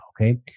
Okay